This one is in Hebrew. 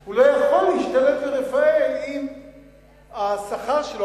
הוא לא יכול להשתלב ברפא"ל אם השכר שלו,